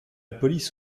police